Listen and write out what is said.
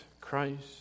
Christ